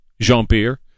jean-pierre